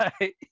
right